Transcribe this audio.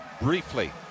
briefly